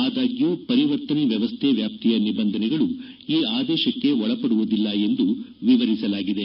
ಆದಾಗ್ಯೂ ಪರಿವರ್ತನೆ ವ್ಯವಸ್ಥೆ ವ್ಯಾಪ್ತಿಯ ನಿಬಂಧನೆಗಳು ಈ ಆದೇಶಕ್ಷೆ ಒಳಪಡುವುದಿಲ್ಲ ಎಂದು ವಿವರಿಸಲಾಗಿದೆ